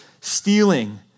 stealing